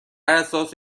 اساس